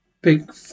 big